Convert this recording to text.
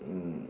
mm